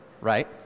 right